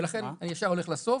ולכן אני ישר הולך לסוף,